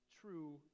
true